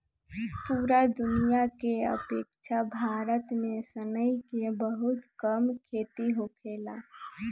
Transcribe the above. पूरा दुनिया के अपेक्षा भारत में सनई के बहुत कम खेती होखेला